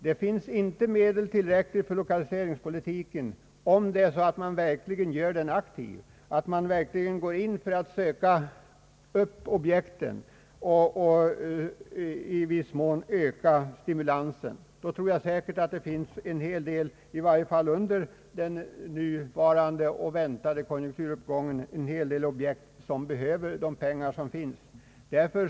Det finns inte medel tillräckligt för lokaliseringspolitiken, om man verkligen skall göra den aktiv och om man verkligen går in för att söka upp objekten och i viss mån öka stimulansen. Jag tror säkert att det i varje fall under den nuvarande och väntade konjunkturuppgången finns en hel del objekt som behöver de pengar som står till förfogande.